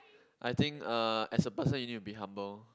I think uh as a person you need to be humble